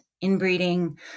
inbreeding